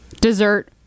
dessert